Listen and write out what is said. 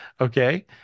Okay